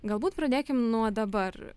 galbūt pradėkim nuo dabar